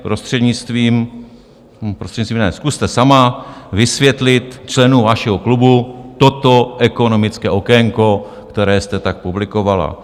Prostřednictvím ne, zkuste sama vysvětlit členům vašeho klubu toto ekonomické okénko, které jste tak publikovala.